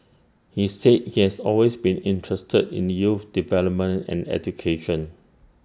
he said he has always been interested in youth development and education